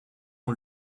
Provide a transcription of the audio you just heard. ont